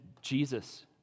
Jesus